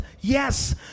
Yes